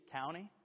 county